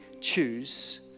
choose